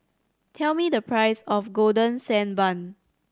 tell me the price of Golden Sand Bun